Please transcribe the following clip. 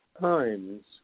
times